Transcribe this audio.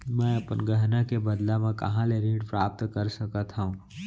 मै अपन गहना के बदला मा कहाँ ले ऋण प्राप्त कर सकत हव?